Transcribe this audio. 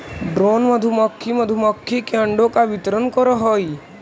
drone मधुमक्खी मधुमक्खी के अंडों का वितरण करअ हई